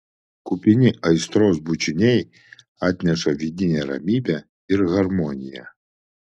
kupini aistros bučiniai atneša vidinę ramybę ir harmoniją